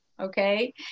Okay